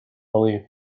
belief